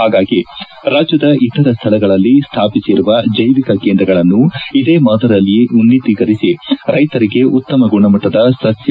ಹಾಗಾಗಿ ರಾಜ್ಯದ ಇತರ ಸ್ಥಳಗಳಲ್ಲಿ ಸ್ಥಾಪಿಸಿರುವ ಷ್ಟೈವಿಕ ಕೇಂದ್ರಗಳನ್ನು ಇದೇ ಮಾದರಿಯಲ್ಲಿ ಉನ್ನತೀಕರಿಸಿ ರೈತರಿಗೆ ಉತ್ತಮ ಗುಣಮಟ್ಟದ ಸಸ್ಯ